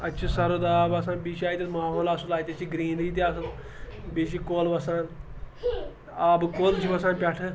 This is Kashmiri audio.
اَتہِ چھِ سَرٕد آب آسان بیٚیہِ چھِ اَتٮ۪تھ ماحول اَصٕل اَتٮ۪تھ چھِ گرٛیٖنری تہِ اَصٕل بیٚیہِ چھِ کۄل وَسان آبہٕ کۄل چھِ وَسان پٮ۪ٹھٕ